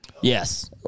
Yes